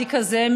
טראומטי כזה,